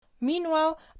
Meanwhile